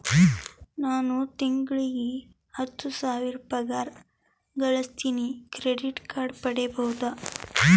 ನಾನು ತಿಂಗಳಿಗೆ ಹತ್ತು ಸಾವಿರ ಪಗಾರ ಗಳಸತಿನಿ ಕ್ರೆಡಿಟ್ ಕಾರ್ಡ್ ಪಡಿಬಹುದಾ?